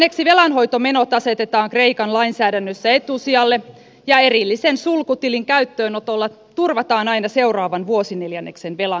kolmanneksi velanhoitomenot asetetaan kreikan lainsäädännössä etusijalle ja erillisen sulkutilin käyttöönotolla turvataan aina seuraavan vuosineljänneksen velanhoito